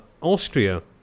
Austria